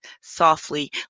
softly